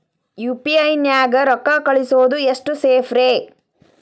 UPI ನ್ಯಾಗ ರೊಕ್ಕ ಕಳಿಸೋದು ಎಷ್ಟ ಸೇಫ್ ರೇ?